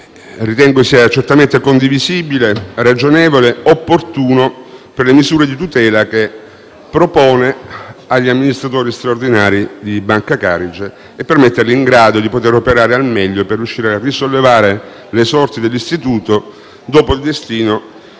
ritengo sia certamente condivisibile, ragionevole e opportuno per le misure di tutela che propone agli amministratori straordinari di Banca Carige e per metterli in grado di operare al meglio al fine di riuscire a risollevare le sorti dell'Istituto dopo il destino